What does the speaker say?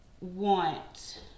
want